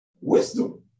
wisdom